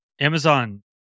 Amazon